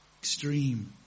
extreme